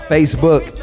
Facebook